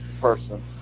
person